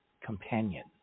companion